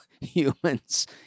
humans